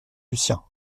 lucien